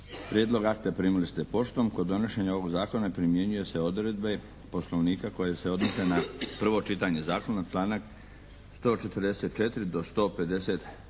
Prijedlog akta primili ste poštom. Kod donošenja ovog zakona primjenjuju se odredbe Poslovnika koje se odnose na prvo čitanje zakona članak 144. do 150.